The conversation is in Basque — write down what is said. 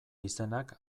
izenak